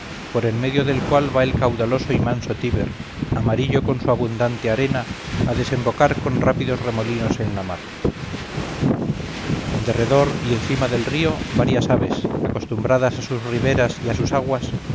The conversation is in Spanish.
por en medio del cual va el caudaloso y manso tíber amarillo con su abundante arena a desembocar con rápidos remolinos en la mar en derredor y encima del río varias aves acostumbradas a sus riberas y a sus aguas